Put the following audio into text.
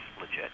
legit